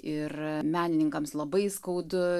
ir menininkams labai skaudu